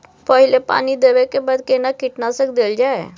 पहिले पानी देबै के बाद केना कीटनासक देल जाय?